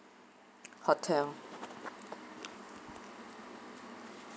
hotel